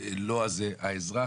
אלא האזרח